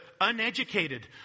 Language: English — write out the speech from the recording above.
uneducated